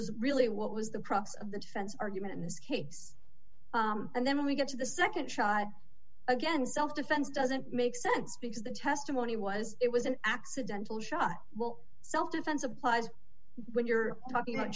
is really what was the crux of the defense argument in this case and then we get to the nd shot again self defense doesn't make sense because the testimony was it was an accidental shot well self defense applies when you're talking about